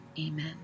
Amen